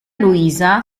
luisa